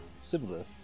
similar